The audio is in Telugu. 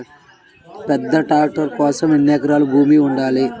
పెద్ద ట్రాక్టర్ కోసం ఎన్ని ఎకరాల భూమి ఉండాలి?